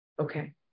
Okay